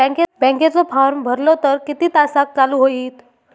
बँकेचो फार्म भरलो तर किती तासाक चालू होईत?